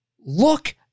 look